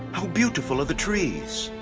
how beautiful are the trees?